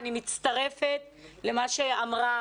אני מצטרפת למה שאמרה